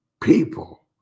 people